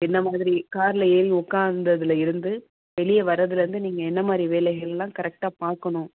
என்ன மாதிரி கார்ல ஏறி உக்காந்ததுல இருந்து வெளியே வரதிலருந்து நீங்கள் என்ன மாதிரி வேலைகள்லாம் கரெக்டாக பார்க்கணும்